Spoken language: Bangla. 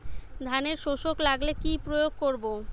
ধানের শোষক লাগলে কি প্রয়োগ করব?